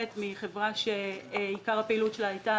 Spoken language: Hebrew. המילה "כביש" כי אנחנו עוברים מחברה שעיקר הפעילות שלה הייתה